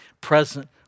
present